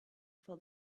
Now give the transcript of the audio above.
for